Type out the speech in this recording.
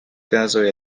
kazoj